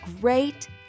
great